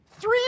Three